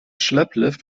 schlepplift